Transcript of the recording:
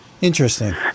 Interesting